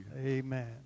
Amen